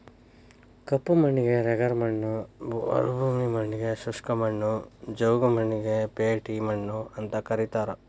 ಕಪ್ಪು ಮಣ್ಣಿಗೆ ರೆಗರ್ ಮಣ್ಣ ಮರುಭೂಮಿ ಮಣ್ಣಗೆ ಶುಷ್ಕ ಮಣ್ಣು, ಜವುಗು ಮಣ್ಣಿಗೆ ಪೇಟಿ ಮಣ್ಣು ಅಂತ ಕರೇತಾರ